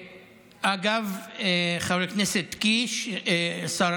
ואגב, חבר הכנסת קיש, השר,